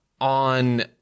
on